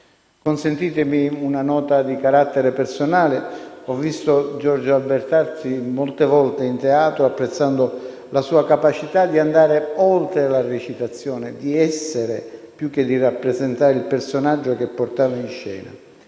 Consentitemi una nota di carattere personale. Ho visto Giorgio Albertazzi molte volte in teatro, apprezzando la sua capacità di andare oltre la recitazione, di essere più che di rappresentare il personaggio che portava in scena.